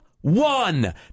one